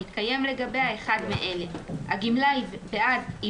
שמתקיים לגביה אחד מאלה: 490 שקלים חדשים (1)הגמלה היא בעד